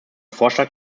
vorschlag